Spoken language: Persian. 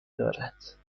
دارد